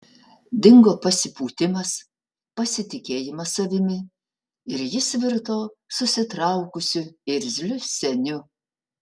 dingo pasipūtimas pasitikėjimas savimi ir jis virto susitraukusiu irzliu seniu